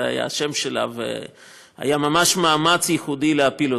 זה היה השם שלה, והיה ממש מאמץ ייחודי להפיל אותה.